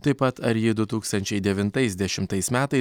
taip pat ar ji du tūkstančiai devintais dešimtais metais